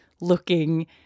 looking